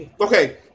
okay